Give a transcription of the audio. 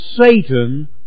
Satan